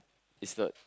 it's not